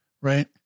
right